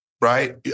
right